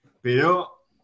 Pero